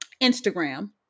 Instagram